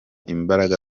imbaraga